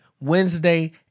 Wednesday